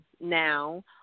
now